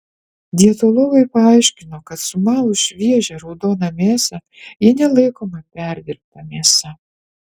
dietologai paaiškino kad sumalus šviežią raudoną mėsą ji nelaikoma perdirbta mėsa